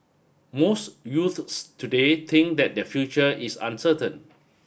most youths today think that their future is uncertain